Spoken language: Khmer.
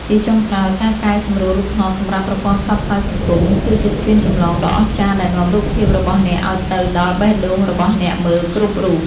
ជាចុងក្រោយ ការកែសម្រួលរូបថតសម្រាប់ប្រព័ន្ធផ្សព្វផ្សាយសង្គម គឺជាស្ពានចម្លងដ៏អស្ចារ្យដែលនាំរូបភាពរបស់អ្នកឱ្យទៅដល់បេះដូងរបស់អ្នកមើលគ្រប់រូប។